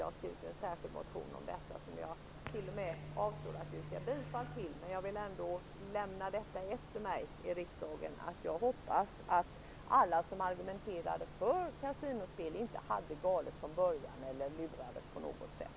Jag har i detta sammanhang väckt en särskild motion som jag avstår från att yrka bifall till. Men jag hoppas ändå att alla som argumenterar för kasinospel inte hade fel från början eller lurades på något sätt.